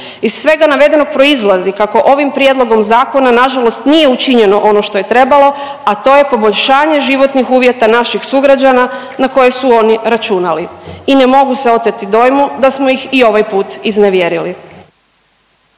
Iz svega navedenog proizlazi kako ovim prijedlogom Zakona nažalost nije učinjeno ono što je trebalo, a to je poboljšanje životnih uvjeta naših sugrađana na koje su oni računali i ne mogu se oteti dojmu da smo ih i ovaj put iznevjerili.